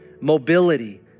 mobility